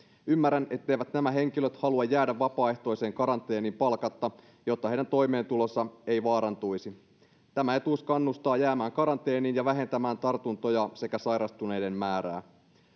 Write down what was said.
ymmärrän etteivät nämä henkilöt halua jäädä vapaaehtoiseen karanteeniin palkatta jotta heidän toimeentulonsa ei vaarantuisi tämä etuus kannustaa jäämään karanteeniin ja sitä kautta vähentämään tartuntoja sekä sairastuneiden määrää